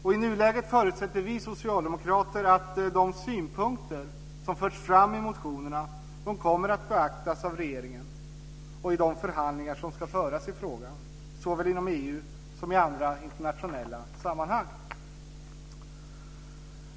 I nuläget förutsätter vi socialdemokrater att de synpunkter som förs fram i motionerna kommer att beaktas av regeringen i de förhandlingar som kommer att föras i frågan, såväl inom EU som i andra internationella sammanhang.